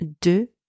de